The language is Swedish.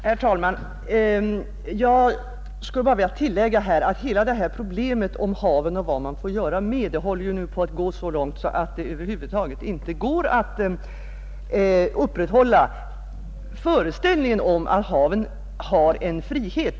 Herr talman! Jag skulle bara vilja tillägga att hela problemet om havet och vad man får göra med det nu håller på att gå så långt att det över huvud taget inte går att upprätthålla föreställningen att haven har en frihet.